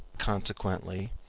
consequently,